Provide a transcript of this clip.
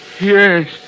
Yes